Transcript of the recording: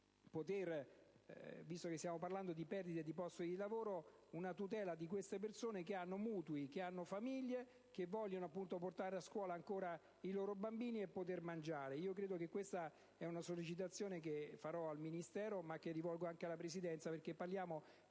visto che stiamo parlando di perdite di posti di lavoro, di garantire una tutela di queste persone, che hanno mutui da pagare, famiglie da mantenere, che vogliono portare ancora a scuola i loro bambini e poter mangiare. Questa è una sollecitazione che farò al Ministero, ma che rivolgo anche alla Presidenza, perché parliamo